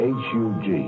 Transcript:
hug